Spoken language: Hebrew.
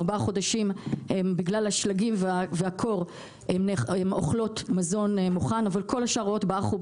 ארבעה חודשים בגלל השלגים והקור הם אוכלות מזון מוכן וכל השאר באחו.